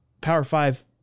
power-five